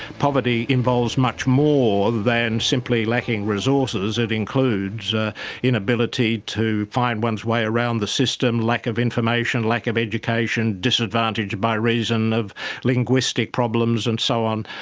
poverty involves much more than simply lacking resources, it includes ah inability to find one's way around the system, lack of information, lack of education, disadvantage by reason of linguistic problems and so on.